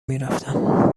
میرفتم